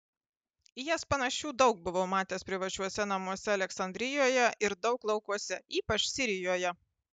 į jas panašių daug buvau matęs privačiuose namuose aleksandrijoje ir daug laukuose ypač sirijoje